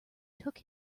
took